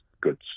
goods